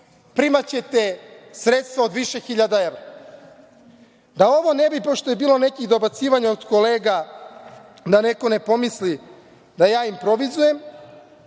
primaćete sredstava od više hiljada evra. Pošto je bilo nekih dobacivanja od kolega, da neko ne pomisli da ja improvizujem,